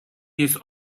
jest